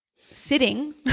sitting